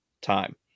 time